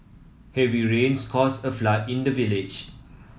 heavy rains caused a flood in the village